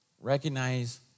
Recognize